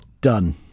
Done